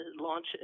launch